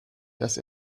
dass